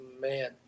man